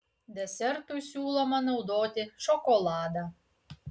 desertui siūloma naudoti šokoladą